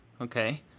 okay